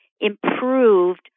improved